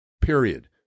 period